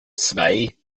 zwei